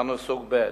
אנו סוג ב'.